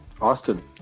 Austin